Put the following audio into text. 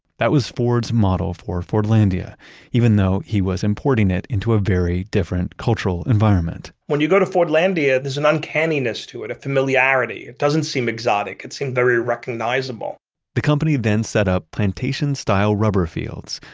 that was ford's model for fordlandia even though he was importing it into a very different cultural environment when you go to fordlandia, there's an uncanniness to it, a familiarity. it doesn't seem exotic. it seems very recognizable the company then set up plantation-style rubber fields,